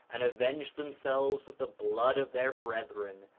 and avenge themselves of the blood of their brethren,